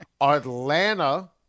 Atlanta